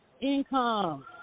income